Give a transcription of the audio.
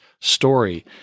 story